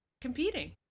competing